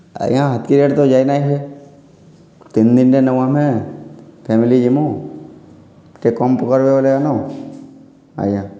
ଆଜ୍ଞା ହେତ୍କି ରେଟ୍ ତ ଯାଇନାଇଁ ହୁଏ ତିନ୍ ଦିନ୍ଟେ ନେମୁ ଆମେ ଫେମ୍ଲି ଯିମୁ ଟିକେ କମ୍ କର୍ବେ ବଏଲେ କେନୁ ଆଜ୍ଞା